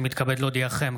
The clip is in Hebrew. אני מתכבד להודיעכם,